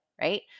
right